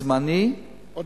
זמנית,